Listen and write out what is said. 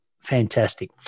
Fantastic